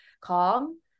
calm